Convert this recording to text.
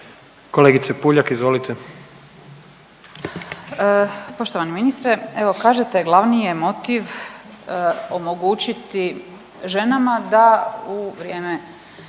Marijana (Centar)** Poštovani ministre, evo kažete glavni je motiv omogućiti ženama da u vrijeme